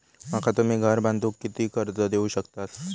माका तुम्ही घर बांधूक किती कर्ज देवू शकतास?